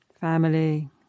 family